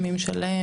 מי משלם?